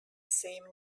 same